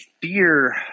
fear